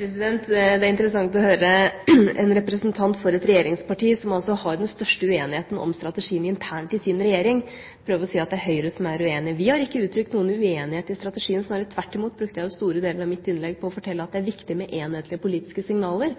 Det er interessant å høre en representant for et regjeringsparti i en regjering som har den største uenigheten om strategien internt i sin regjering, prøve å si at det er Høyre som er uenig. Vi har ikke uttrykt noen uenighet i strategien, tvert imot brukte jeg store deler av mitt innlegg på å fortelle at det er viktig med enhetlige politiske signaler.